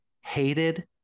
hated